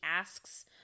asks